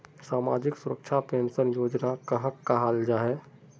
सामाजिक सुरक्षा पेंशन योजना कहाक कहाल जाहा जाहा?